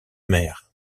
mer